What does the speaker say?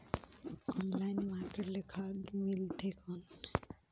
Online market ले खाद मिलथे कौन?